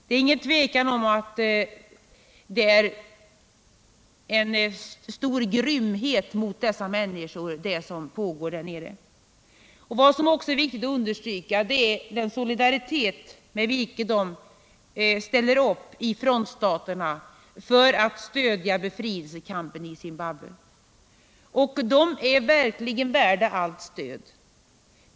Det är inget tvivel om att det som pågår där nere innebär en stor grymhet mot människorna. Vad som också är viktigt att understryka är den solidaritet med vilken man ställer upp i frontstaterna för att stödja befrielsekampen i Zimbabwe. Detta är verkligen värt allt stöd.